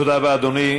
תודה רבה, אדוני.